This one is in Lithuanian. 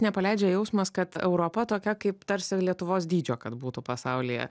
nepaleidžia jausmas kad europa tokia kaip tarsi lietuvos dydžio kad būtų pasaulyje